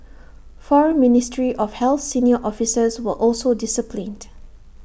four ministry of health senior officers were also disciplined